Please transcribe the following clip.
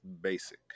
basic